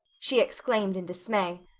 she exclaimed in dismay,